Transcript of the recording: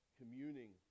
communing